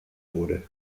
wurde